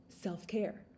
self-care